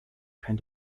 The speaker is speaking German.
kein